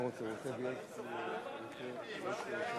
חוק חובת המכרזים (תיקון מס' 21),